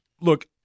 look